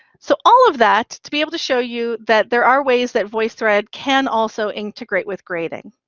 so all of that to be able to show you that there are ways that voicethread can also integrate with grading.